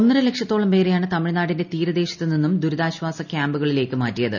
ഒന്നരലക്ഷത്തോളം പേരെയാണ് തമിഴ്നാടിന്റെ തീരദേശത്തു നിന്നും ദുരിതാശാസ ക്യാമ്പുകളിലേക്ക് മാറ്റിയത്